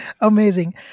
Amazing